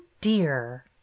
dear